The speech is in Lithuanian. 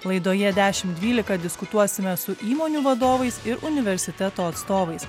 laidoje dešimt dvylika diskutuosime su įmonių vadovais ir universiteto atstovais